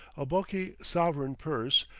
a bulky sovereign purse,